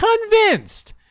convinced